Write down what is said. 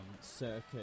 circuit